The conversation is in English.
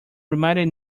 reminded